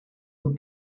the